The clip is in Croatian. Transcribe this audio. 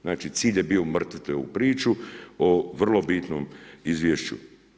Znači cilj je bio umrtviti ovu priču o vrlo bitnom izvješću.